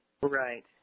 Right